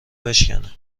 بشکنه